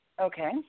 Okay